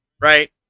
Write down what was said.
right